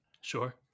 Sure